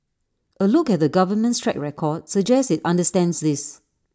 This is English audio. A look at the government's track record suggests IT understands this